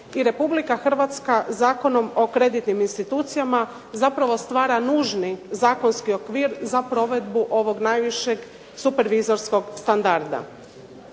i Republika Hrvatska Zakonom o kreditnim institucijama zapravo stvara nužni zakonski okvir za provedbu ovog najvišeg supervizorskog standarda.